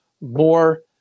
more